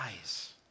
eyes